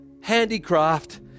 handicraft